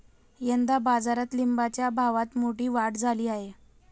यंदा बाजारात लिंबाच्या भावात मोठी वाढ झाली आहे